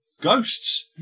ghosts